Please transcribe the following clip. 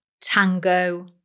Tango